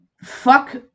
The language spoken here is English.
fuck